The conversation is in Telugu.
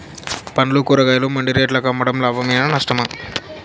పండ్లు కూరగాయలు మండి రేట్లకు అమ్మడం లాభమేనా నష్టమా?